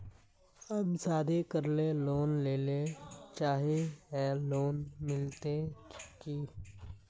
हम शादी करले लोन लेले चाहे है लोन मिलते की?